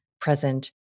present